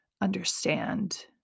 understand